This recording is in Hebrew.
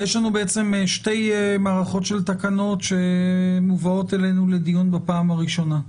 ויש לנו שתי מערכות של תקנות שמובאות אלינו לדיון בפעם הראשונה.